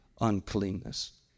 uncleanness